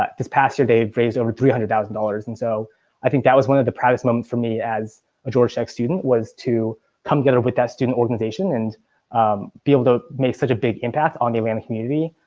this past year, they've raised over three hundred thousand dollars and so i think that was one of the proudest moment for me as a georgia tech student was to come together with that student organization and be able to make such a big impact on the atlanta community,